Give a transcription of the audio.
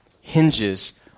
hinges